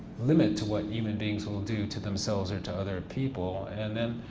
limit to what human beings will do to themselves or to other people and then,